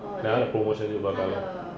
then no promotion bla bla bla